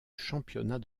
championnat